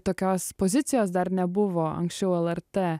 tokios pozicijos dar nebuvo anksčiau lrt